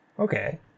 Okay